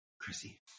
Chrissy